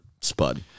spud